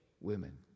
women